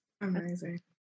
Amazing